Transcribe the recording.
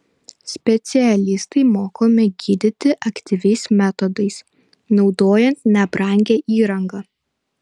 specialistai mokomi gydyti aktyviais metodais naudojant nebrangią įrangą